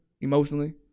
emotionally